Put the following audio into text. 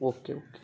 okay okay